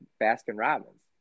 Baskin-Robbins